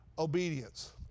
Obedience